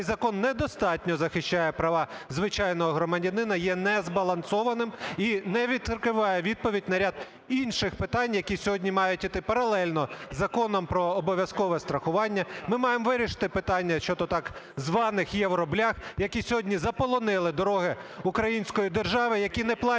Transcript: закон недостатньо захищає права звичайного громадянина, є незбалансованим і не відкриває відповідь на ряд інших питань, які сьогодні мають іти паралельно з Законом про обов'язкове страхування. Ми маємо вирішити питання щодо так званих "євроблях", які сьогодні заполонили дороги української держави, які не платять